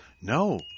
No